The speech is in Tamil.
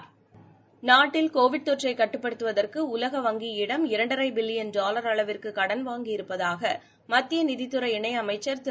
றாட்டில் கோவிட் தொற்றைக் கட்டுப்படுத்துவதற்கு உலக வங்கியிடம் இரண்டரை பில்லியன் டாலர் அளவிற்கு கடன் வாங்கியிருப்பதாக மத்திய நிதித் துறை இணையமைச்சர் திரு